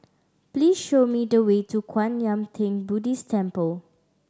please show me the way to Kwan Yam Theng Buddhist Temple